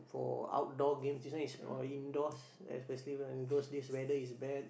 for outdoor games this one is all indoors especially when those this weather is bad